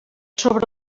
sobre